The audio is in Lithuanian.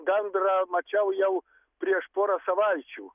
gandrą mačiau jau prieš porą savaičių